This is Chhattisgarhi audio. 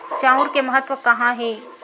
चांउर के महत्व कहां हे?